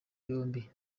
yombi